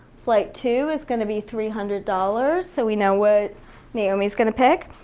flight two is gonna be three hundred dollars, so we know what naomi is gonna pick,